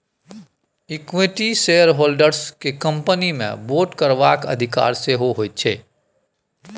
equity shareholders केँ company मे vote करबाक अधिकार सेहो होइ छै